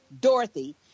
Dorothy